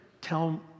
Tell